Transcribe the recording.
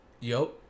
Yo